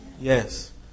Yes